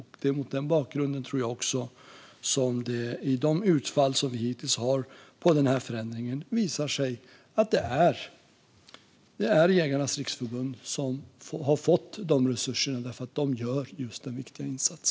Det är mot den bakgrunden, tror jag, som det visar sig i de utfall som vi hittills har av den här förändringen att det är Jägarnas Riksförbund som har fått de resurserna. De gör nämligen just denna viktiga insats.